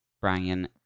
brian